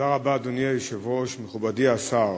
אדוני היושב-ראש, תודה רבה, מכובדי השר,